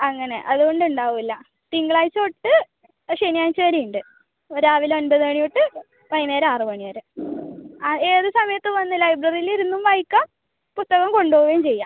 അങ്ങനെ അതുകൊണ്ട് ഉണ്ടാകില്ല തിങ്കളാഴ്ച തൊട്ട് ശനിയാഴ്ച വരെ ഉണ്ട് രാവിലെ ഒൻപത് മണി തൊട്ട് വൈകുന്നേരം ആറ് മണി വരെ ആ ഏത് സമയത്തും വന്ന് ലൈബ്രറിയിൽ ഇരുന്നും വായിക്കാം പുസ്തകം കൊണ്ട് പോകുകയും ചെയ്യാം